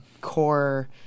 core